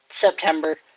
September